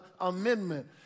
amendment